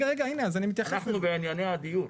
אנחנו בענייני הדיור.